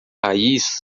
raiz